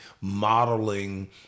modeling